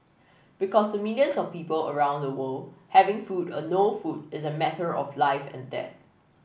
because to millions of people around the world having food or no food is a matter of life and death